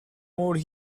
mood